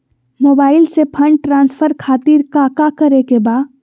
Mobile से fund transfer खातिर काका करे के बा?